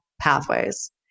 pathways